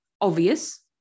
obvious